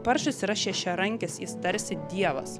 paršas yra šešiarankis jis tarsi dievas